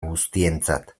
guztientzat